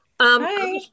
Hi